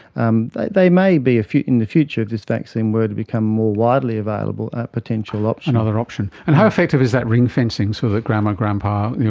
um like they may be, in the future if this vaccine were to become more widely available, a potential option. another option. and how effective is that ring-fencing so that grandma, grandpa,